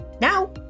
Now